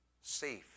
safe